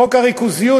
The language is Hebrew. חוק הריכוזיות,